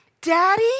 Daddy